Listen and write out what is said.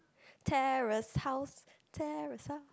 terrace house terrace house